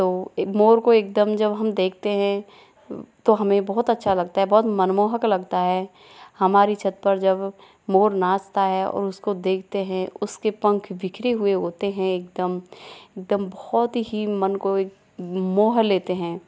तो मोर को एकदम जब हम देखते है तो हमे बहुत अच्छा लगता है बहुत मनमोहक लगता है हमारी छत पर जब मोर नाचता है और उसको देखते है उसके पंख बिखरे हुए होते है एकदम एकदम बहुत ही मन को एक मोह लेते हैं